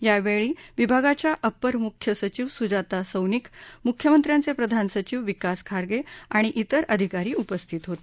यावेळी विभागाच्या अप्पर मुख्य सचिव सुजाता सैनिक मुख्यमंत्र्यांचे प्रधान सचिव विकास खारगे आणि त्रिर अधिकारी उपस्थित होते